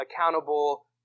accountable